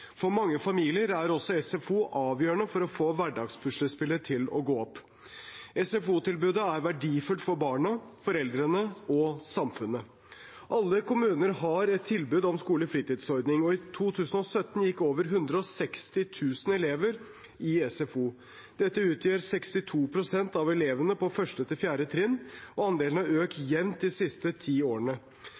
For mange familier er også SFO avgjørende for å få hverdagspuslespillet til å gå opp. SFO-tilbudet er verdifullt for barna, foreldrene og samfunnet. Alle kommuner har et tilbud om skolefritidsordning, og i 2017 gikk over 160 000 elever i SFO. Dette utgjør 62 pst. av elevene på 1.–4. trinn, og andelen har økt jevnt de siste ti årene.